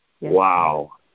Wow